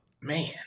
man